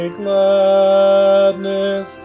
gladness